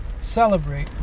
celebrate